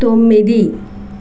తొమ్మిది